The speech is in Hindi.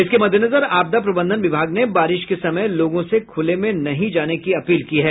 इसके मद्देनजर आपदा प्रबंधन विभाग ने बारिश के समय लोगों से खुले में नहीं जाने की अपील की है